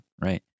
right